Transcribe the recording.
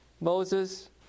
Moses